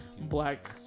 Black